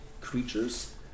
creatures